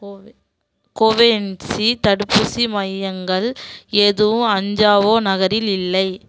போவே கோவேயன்சி தடுப்பூசி மையங்கள் எதுவும் அஞ்சாவோ நகரில் இல்லை